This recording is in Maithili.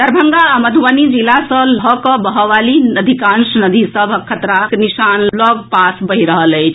दरभंगा आ मधुबनी जिला सँ भऽ कऽ बहएवाली अधिकांश नदी सभ खतराक निशानक लऽग पास बहि रहल अछि